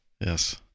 Yes